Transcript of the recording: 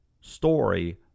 story